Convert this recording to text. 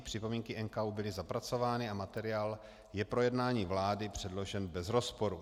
Připomínky NKÚ byly zapracovány a materiál je pro jednání vlády předložen bez rozporu.